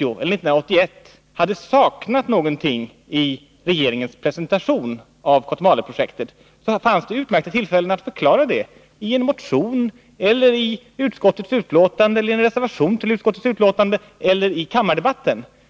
eller 1981 hade saknat någonting i regeringens presentation av Kotmaleprojektet, fanns det utmärkta tillfällen att förklara det i en motion, i utskottets betänkande, i en reservation till utskottets betänkande eller i kammardebatten.